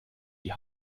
die